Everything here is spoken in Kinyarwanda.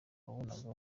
wabonaga